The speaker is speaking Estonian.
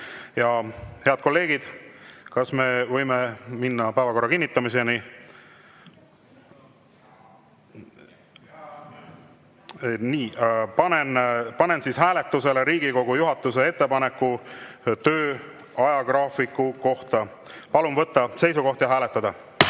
Head kolleegid, kas me võime minna päevakorra kinnitamise juurde? Panen hääletusele Riigikogu juhatuse ettepaneku töö ajagraafiku kohta. Palun võtta seisukoht ja hääletada!